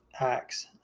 acts